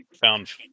found